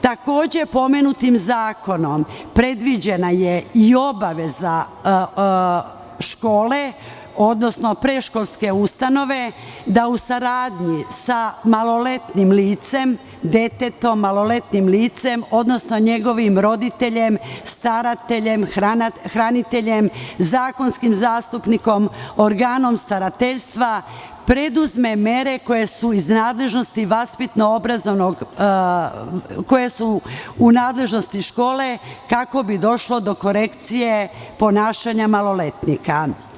Takođe, pomenutim zakonom predviđena je i obaveza škole, odnosno predškolske ustanove, da u saradnji sa maloletnim licem, detetom-maloletnim licem, odnosno njegovim roditeljem, starateljem, hraniteljem, zakonskim zastupnikom, organom starateljstva, preduzme mere koje su u nadležnosti škole, kako bi došlo do korekcije ponašanja maloletnika.